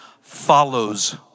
follows